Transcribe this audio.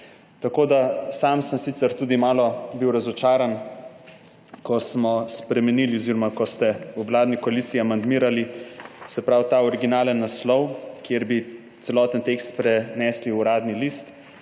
Sam sem sicer bil tudi malo bil razočaran, ko smo spremenili oziroma ko ste v vladni koaliciji amandmirali ta originalni naslov, kjer bi celoten tekst prenesli v Uradni list.